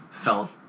felt